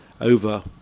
over